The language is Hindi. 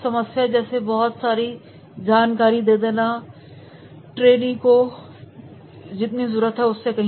समस्याएं जैसे बहुत सारी जानकारी ट्रेनी को देना जिसकी जरूरत नहीं है